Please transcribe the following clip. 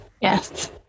Yes